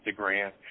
Instagram